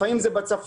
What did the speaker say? לפעמים זה בצפון,